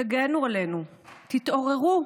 עלינו, תתעוררו,